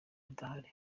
adahari